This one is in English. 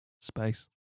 Space